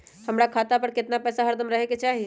हमरा खाता पर केतना पैसा हरदम रहे के चाहि?